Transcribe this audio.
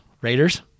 Raiders